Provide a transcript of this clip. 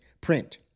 print